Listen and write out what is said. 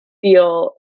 feel